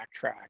backtrack